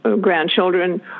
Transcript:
grandchildren